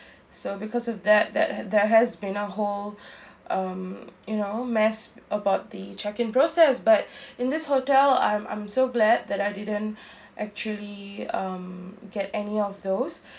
so because of that that there has been a whole um you know mess about the check-in process but in this hotel I'm I'm so glad that I didn't actually um get any of those